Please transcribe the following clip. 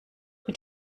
mit